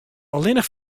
allinnich